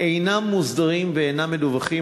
אינם מוסדרים ואינם מדווחים,